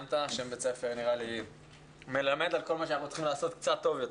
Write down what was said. שם בית הספר מלמד על כל מה שאנחנו צריכים לעשות קצת טוב יותר,